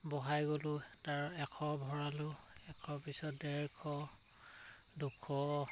বঢ়াই গ'লোঁ তাৰ এশ ভৰালোঁ এশৰ পিছত ডেৰশ দুশ